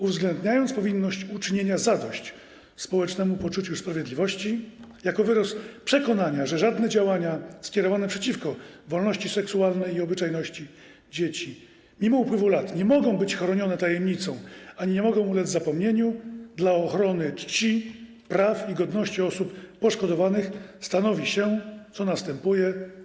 uwzględniając powinność uczynienia zadość społecznemu poczuciu sprawiedliwości, jako wyraz przekonania, że żadne działania skierowane przeciwko wolności seksualnej i obyczajności dzieci mimo upływu lat nie mogą być chronione tajemnicą ani nie mogą ulec zapomnieniu - dla ochrony czci, praw i godności osób poszkodowanych stanowi się, co następuje.